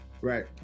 Right